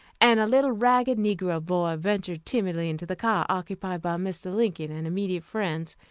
and a little ragged negro boy ventured timidly into the car occupied by mr. lincoln and immediate friends,